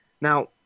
Now